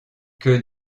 que